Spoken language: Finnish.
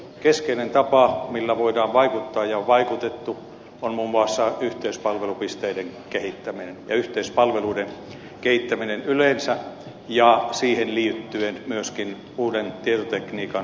keskeinen tapa millä voidaan vaikuttaa ja on vaikutettu on muun muassa yhteispalvelupisteiden kehittäminen ja yhteispalveluiden kehittäminen yleensä ja siihen liittyen myöskin uuden tietotekniikan soveltaminen